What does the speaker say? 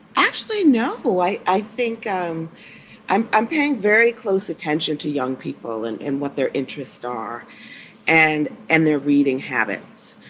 actually, no, i. i think i'm i'm i'm paying very close attention to young people and and what their interests are and and their reading habits.